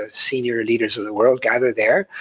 ah senior leaders of the world gathered there.